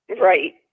Right